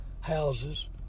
houses